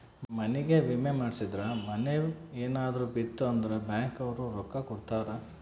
ಮನಿಗೇ ವಿಮೆ ಮಾಡ್ಸಿದ್ರ ಮನೇ ಯೆನರ ಬಿತ್ ಅಂದ್ರ ಬ್ಯಾಂಕ್ ಅವ್ರು ರೊಕ್ಕ ಕೋಡತರಾ